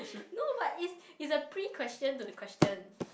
no but it's it's a pre question to the question